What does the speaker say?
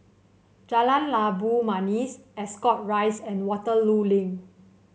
Jalan Labu Manis Ascot Rise and Waterloo Link